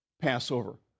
Passover